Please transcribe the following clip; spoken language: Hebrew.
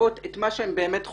משקפות את מה שהם באמת חושבים.